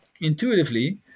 intuitively